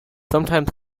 sometimes